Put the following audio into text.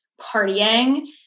partying